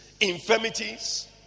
infirmities